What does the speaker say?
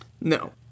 No